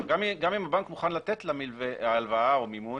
גם אם הבנק מוכן לתת לה הלוואה או מימון